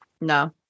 No